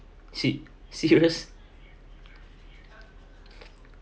se~ serious